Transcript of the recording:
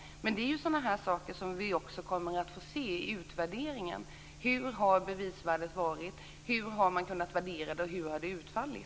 Det är sådana saker vi kommer att få se i utvärderingen, dvs. hur bevisvärdet har varit, hur det har kunnat värderas, och hur rättegången har utfallit.